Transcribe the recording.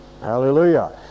Hallelujah